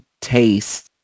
taste